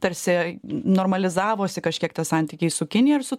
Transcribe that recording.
tarsi normalizavosi kažkiek tie santykiai su kinija ir su